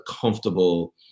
comfortable